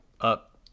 Up